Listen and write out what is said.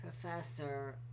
Professor